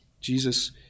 Jesus